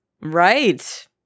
Right